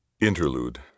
Interlude